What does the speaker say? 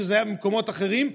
כשזה היה במקומות אחרים.